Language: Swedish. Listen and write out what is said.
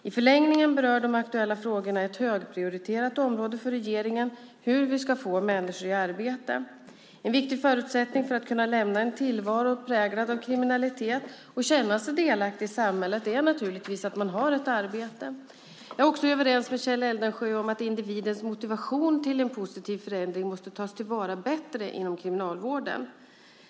I förlängningen berör de aktuella frågorna ett högprioriterat område för regeringen, nämligen hur vi ska få människor i arbete. En viktig förutsättning för att kunna lämna en tillvaro präglad av kriminalitet och att känna sig delaktig i samhället är naturligtvis att man har ett arbete. Jag är också överens med Kjell Eldensjö om att individens motivation till en positiv förändring måste tas till vara ännu bättre inom Kriminalvården.